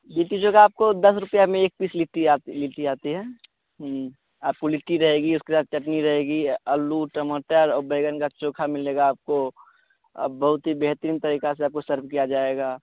लिट्टी चोखा आपको दस रूपये में एक पीस लिट्टी आती है लिट्टी आती है आपको लिट्टी रहेगी उसके बाद चटनी रहेगी आलू टमाटर और बैंगन का चोखा मिलेगा आपको अब बहुत ही बेहतरीन तरीक़े से आपको सर्व किया जाएगा